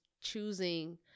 choosing